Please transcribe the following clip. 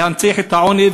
להנציח את העוני,